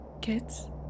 Kids